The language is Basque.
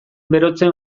berotzen